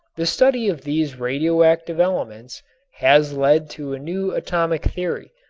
the study of these radioactive elements has led to a new atomic theory.